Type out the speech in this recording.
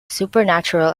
supernatural